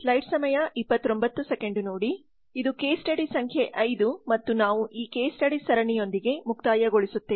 ಮತ್ತು ಇದು case study ಸಂಖ್ಯೆ ಐದು ಮತ್ತು ನಾವು ಈ ಕೇಸ್ ಸ್ಟಡೀಸ್ ಸರಣಿಯೊಂದಿಗೆ ಮುಕ್ತಾಯಗೊಳಿಸುತ್ತೇವೆ